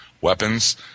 weapons